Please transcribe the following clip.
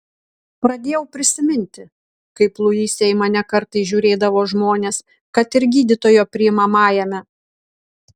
pradėjau prisiminti kaip luise į mane kartais žiūrėdavo žmonės kad ir gydytojo priimamajame